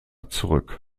zurück